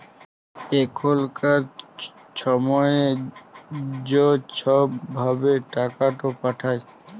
এখলকার ছময়ে য ছব ভাবে টাকাট পাঠায়